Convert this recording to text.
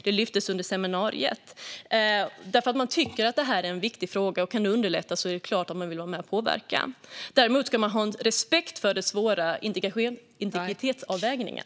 Det lyftes fram under seminariet, för man tycker att det är en viktig fråga. Kan detta underlätta är det klart att man vill vara med och påverka. Däremot ska man ha respekt för den svåra integritetsavvägningen.